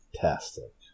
fantastic